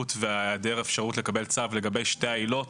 ואת היעדר האפשרות לקבל צו לגבי שתי העילות,